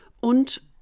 und